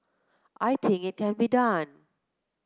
I think it can be done